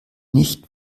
nicht